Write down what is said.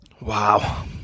Wow